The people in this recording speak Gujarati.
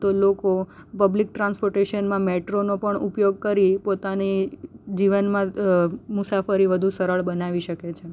તો લોકો પબ્લિક ટ્રાન્સપોટેસનમાં મેટ્રોનો પણ ઉપયોગ કરી પોતાની જીવનમાં મુસાફરી વધુ સરળ બનાવી શકે છે